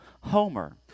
Homer